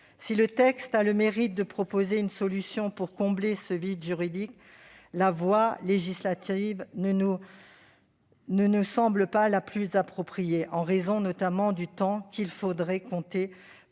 Si le texte a le mérite de proposer une solution pour combler ce vide juridique, la voie législative ne nous semble pas la plus appropriée, en raison notamment du temps qui serait nécessaire